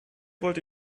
wollte